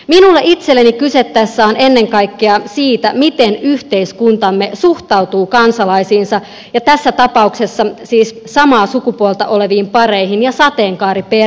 minulle itselleni tässä on kyse ennen kaikkea siitä miten yhteiskuntamme suhtautuu kansalaisiinsa ja tässä tapauksessa siis samaa sukupuolta oleviin pareihin ja sateenkaariperheisiin